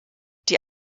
die